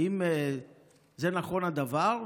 האם נכון הדבר?